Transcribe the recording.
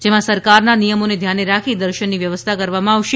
જેમાં સરકારના નિયમોને ધ્યાનમાં રાખી દર્શનની વ્યવસ્થા કરવામાં આવશે